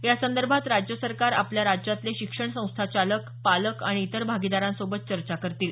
यासंदर्भात राज्य सरकार आपल्या राज्यातले शिक्षणसंस्था चालक पालक आणि इतर भागीदारांसोबत चर्चा करतील